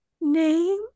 name